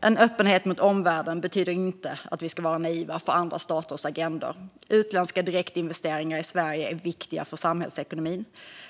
En öppenhet mot omvärlden betyder dock inte att vi ska vara naiva inför andra staters agendor. Utländska direktinvesteringar i Sverige är viktiga för samhällsekonomin.